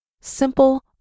Simple